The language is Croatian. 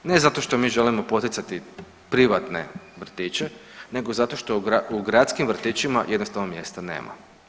Ne zato što mi želimo poticati privatne vrtiće, nego zato što u gradskim vrtićima jednostavno mjesta nema.